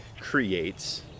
creates